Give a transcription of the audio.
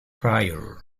pryor